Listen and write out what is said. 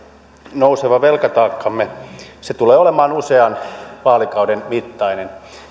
nouseva velkataakkamme tulee olemaan usean vaalikauden mittainen